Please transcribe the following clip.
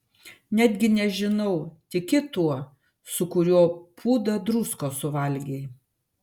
netgi nežinau tiki tuo su kuriuo pūdą druskos suvalgei